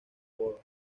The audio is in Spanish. boda